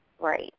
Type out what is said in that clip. Right